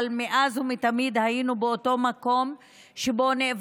מאז ומתמיד היינו באותו מקום שבו אנו